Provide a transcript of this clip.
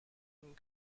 and